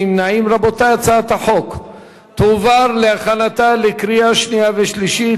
ההצעה להעביר את הצעת חוק לקידום התחרות ולצמצום הריכוזיות,